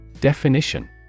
Definition